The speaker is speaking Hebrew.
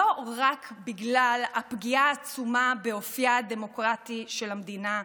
לא רק בגלל הפגיעה העצומה באופייה הדמוקרטי של המדינה,